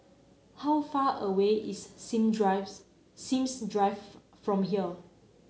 how far away is Sim Drives Sims Drive for from here